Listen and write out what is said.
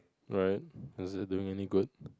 right is it doing any good